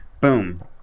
boom